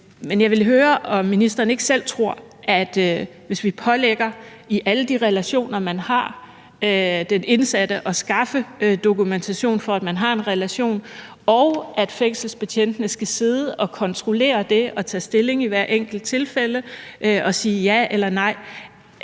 hel del tilfælde. Men hvis vi pålægger den indsatte for alle de relationer, man har, at skaffe dokumentation for, at man har en relation, og hvis fængselsbetjentene skal sidde og kontrollere det og tage stilling i hvert enkelt tilfælde og sige ja eller nej,